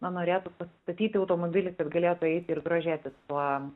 na norėtų pasistatyti automobilį kad galėtų eiti ir grožėtis tuo